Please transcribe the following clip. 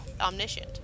omniscient